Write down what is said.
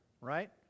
right